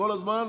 וכמובן,